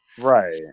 Right